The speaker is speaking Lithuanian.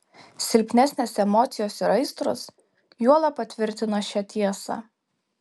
silpnesnės emocijos ir aistros juolab patvirtina šią tiesą